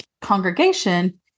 congregation